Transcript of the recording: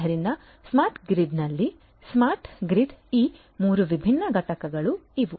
ಆದ್ದರಿಂದ ಸ್ಮಾರ್ಟ್ ಗ್ರಿಡ್ನಲ್ಲಿ ಸ್ಮಾರ್ಟ್ ಗ್ರಿಡ್ನ ಈ 3 ವಿಭಿನ್ನ ಘಟಕಗಳು ಇವು